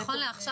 נכון לעכשיו,